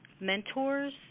mentors